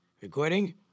recording